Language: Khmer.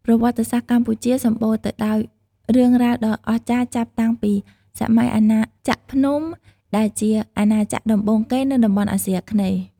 ប្រវត្តិសាស្ត្រកម្ពុជាសម្បូរទៅដោយរឿងរ៉ាវដ៏អស្ចារ្យចាប់តាំងពីសម័យអាណាចក្រភ្នំ ដែលជាអាណាចក្រដំបូងគេនៅតំបន់អាស៊ីអាគ្នេយ៍។